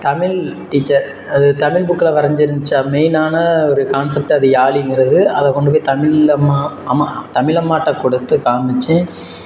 Tamil teacher அது தமிழ் புக்கில் வரைஞ்சி இருந்துச்சு மெயினான ஒரு கான்ஸப்ட்டு அது யாழிங்கிறது அதை கொண்டு போய் தமிழ் அம்மா அம்மா தமிழ் அம்மாகிட்ட கொடுத்து காண்மிச்சேன்